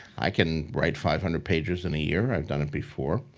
i can write five hundred pages in a year. i've done it before.